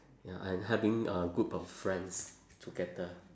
ya and having a group of friends together